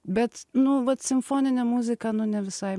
bet nu vat simfoninė muzika nu ne visai